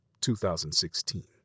2016